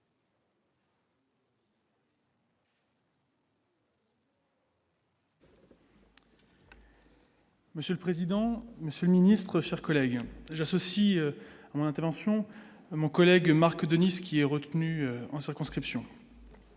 Monsieur le président, monsieur le ministre, chers collègues, j'associe l'intervention mon collègue Marc Denis, ce qui est retenu en circonscription.